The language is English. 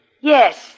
Yes